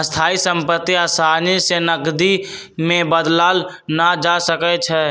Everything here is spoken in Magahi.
स्थाइ सम्पति असानी से नकदी में बदलल न जा सकइ छै